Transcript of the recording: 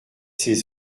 ses